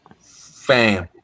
Fam